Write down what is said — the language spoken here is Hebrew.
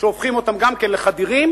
שהופכים אותם גם לחדירים,